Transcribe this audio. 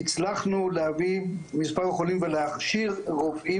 ואני חושבת שזה מאוד חשוב להרחיב את התוכנית הזאת גם לתחומים אחרים,